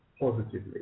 positively